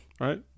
Right